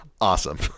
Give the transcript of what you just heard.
awesome